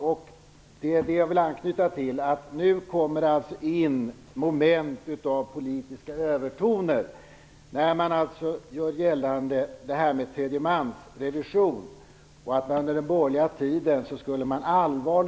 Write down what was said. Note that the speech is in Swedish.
Herr talman! Det jag vill anknyta till är att det nu kommer in moment av politiska övertoner när man gör gällande att man under den borgerliga tiden allvarligt skulle ha försvårat möjligheterna att göra tredjemansrevision i kampen mot den ekonomiska brottsligheten.